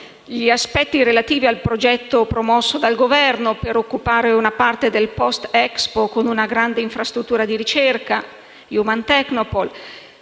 gli aspetti relativi al progetto promosso dal Governo per occupare una parte del *post* Expo con una grande infrastruttura di ricerca, Human Technopole.